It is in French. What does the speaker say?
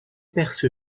perse